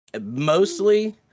Mostly